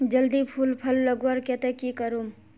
जल्दी फूल फल लगवार केते की करूम?